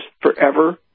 forever